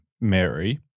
Mary